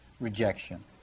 rejection